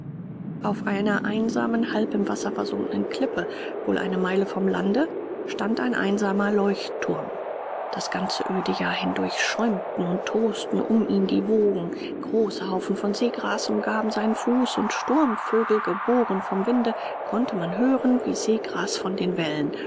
auf einer einsamen halb im wasser versunkenen klippe wohl eine meile vom lande stand ein einsamer leuchtturm das ganze öde jahr hindurch schäumten und tosten um ihn die wogen große haufen von seegras umgaben seinen fuß und sturmvögel geboren vom winde konnte man glauben wie seegras von den wellen